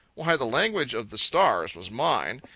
why, the language of the stars was mine,